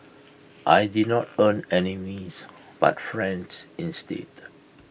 I did not earn enemies but friends instead